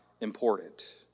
important